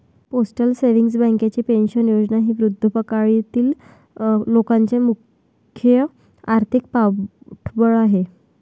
postal savings बँकेची pension योजना ही वृद्धापकाळातील लोकांचे मुख्य आर्थिक पाठबळ आहे